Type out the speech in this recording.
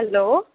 hello